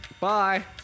Bye